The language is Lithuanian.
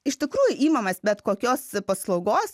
iš tikrųjų imamės bet kokios paslaugos